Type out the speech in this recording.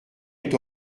est